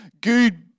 good